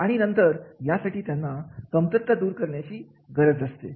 आणि नंतर यासाठी त्यांना कमतरता दुरुस्त करण्याची गरज असेल